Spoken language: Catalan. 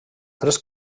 tres